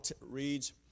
reads